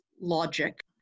logic